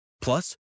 Plus